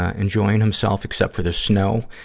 ah enjoying himself except for the snow.